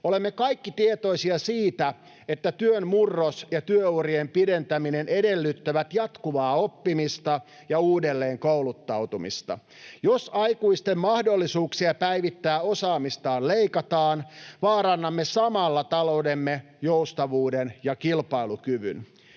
Olemme kaikki tietoisia siitä, että työn murros ja työurien pidentäminen edellyttävät jatkuvaa oppimista ja uudelleenkouluttautumista. Jos aikuisten mahdollisuuksista päivittää osaamistaan leikataan, vaarannamme samalla taloutemme joustavuuden ja kilpailukyvyn.